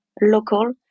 local